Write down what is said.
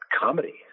comedy